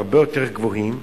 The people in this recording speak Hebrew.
ברמות הרבה יותר גבוהות.